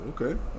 Okay